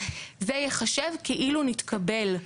זה ייחשב כאילו נתקבל.